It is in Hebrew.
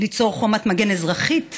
ליצור חומת מגן אזרחית